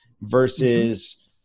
versus